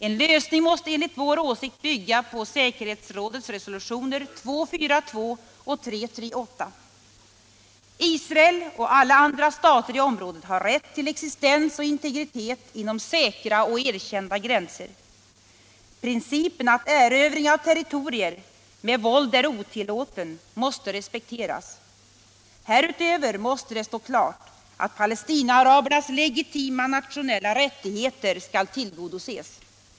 En lösning måste enligt vår åsikt bygga på säkerhetsrådets resolutioner 242 och 338. Israel och alla andra stater i området har rätt till existens och integritet inom säkra och erkända gränser. Principen att erövring av territorier med våld är otillåten måste respekteras. Härutöver måste det stå klart att Palestinaarabernas legitima nationella rättigheter skall tillgodoses.